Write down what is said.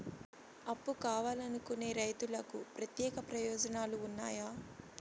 అప్పు కావాలనుకునే రైతులకు ప్రత్యేక ప్రయోజనాలు ఉన్నాయా?